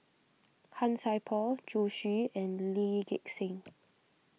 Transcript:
Han Sai Por Zhu Xu and Lee Gek Seng